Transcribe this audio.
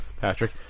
Patrick